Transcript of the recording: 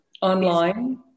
online